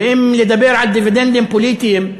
ואם לדבר על דיבידנדים פוליטיים,